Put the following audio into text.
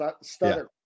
stutter